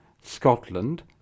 Scotland